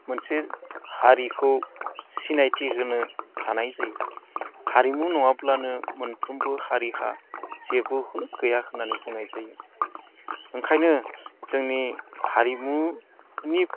मोनसे हारिखौ सिनायथि होनो हानाय जायो हारिमु नङाब्लानो मोनफ्रोमबो हारिहा जेबोखौनो गैया होननानै बुंनाय जायो ओंखायनो जोंनि हारिमुनि